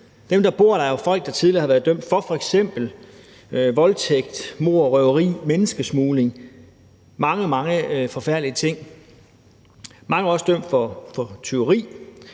Dem, der bor der, er jo folk, der tidligere har været dømt for f.eks. voldtægt, mord, røveri, menneskesmugling og mange, mange forfærdelige ting. Mange er også dømt for tyveri.